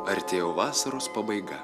artėjo vasaros pabaiga